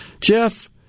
Jeff